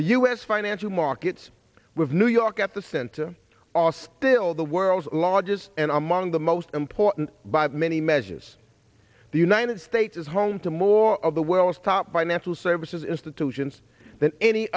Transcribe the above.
the u s financial markets with new york at the center are still the world's largest and among the most important by many measures the united states is home to more of the world's top by natural services institutions than any